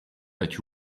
that